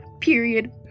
period